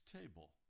table